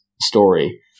story